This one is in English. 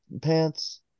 Pants